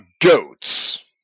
goats